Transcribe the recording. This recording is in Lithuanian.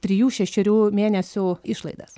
trijų šešerių mėnesių išlaidas